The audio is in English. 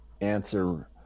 answer